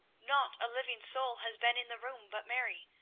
not a living soul has been in the room but mary,